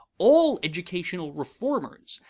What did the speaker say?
all educational reformers,